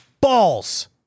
balls